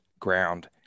ground